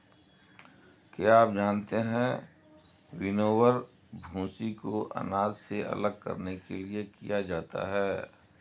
क्या आप जानते है विनोवर, भूंसी को अनाज से अलग करने के लिए किया जाता है?